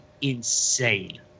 insane